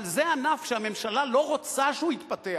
אבל זה ענף שהממשלה לא רוצה שהוא יתפתח,